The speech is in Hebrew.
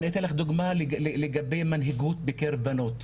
אני אתן לך דוגמה לגבי מנהיגות בקרב בנות.